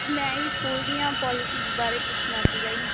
ਮੈਂ ਇਸ ਸਕੂਲ ਦੀਆਂ ਪੋਲਸੀਜ ਬਾਰੇ ਪੁੱਛਣਾ ਸੀ ਜੀ